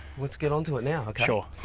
let's get onto it now, okay? sure.